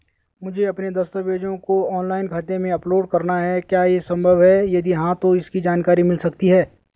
मुझे अपने दस्तावेज़ों को ऑनलाइन खाते में अपलोड करना है क्या ये संभव है यदि हाँ तो इसकी जानकारी मिल सकती है?